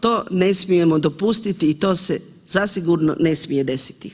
To ne smijemo dopustiti i to se zasigurno ne smije desiti.